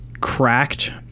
cracked